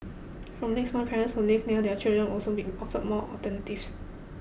from next month parents who live near their children also be offered more alternatives